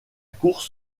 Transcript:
course